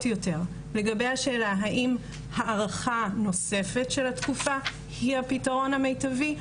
יותר לגבי השאלה האם הארכה נוספת של התקופה היא הפתרון המיטבי?